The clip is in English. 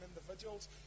individuals